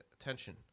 attention